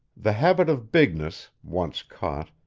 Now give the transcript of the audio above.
the habit of bigness, once caught,